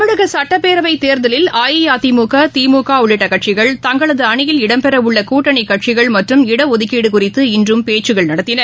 தமிழகசட்டப்பேரவைத் தேர்தலில் அஇஅதிமுக திமுகஉள்ளிட்டகட்சிகள் தங்களதுஅணியில் இடம்பெறவுள்ளகூட்டணிகட்சிகள் மற்றும் இடஒதுக்கீடுகுறித்து இன்றும் பேச்சுக்கள் நடத்தின